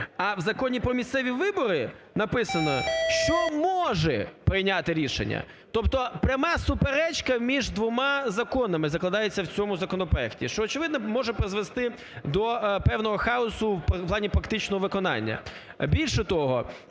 А в Законі "Про місцеві вибори" написано, що може прийняти рішення. Тобто пряма суперечка між двома законами закладається в цьому законопроекті, що, очевидно, може призвести до певного хаосу в плані практичного виконання.